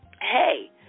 hey